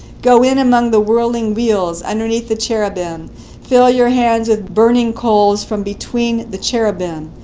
go in among the whirling wheels underneath the cherubim fill your hands with burning coals from between the cherubim,